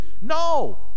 No